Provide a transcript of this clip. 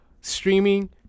streaming